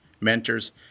mentors